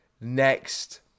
next